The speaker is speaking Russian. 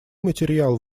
материал